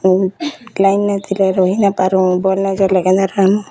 line ନାଇଥିଲେ ରହିନାଇପାରୁଁ ବଇଲେ କେନ୍ତା ରହେମୁଁ